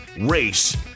race